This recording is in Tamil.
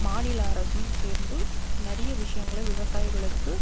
மாநில அரசும் சேர்ந்து நிறைய விஷயங்கள விவசாயிகளுக்கு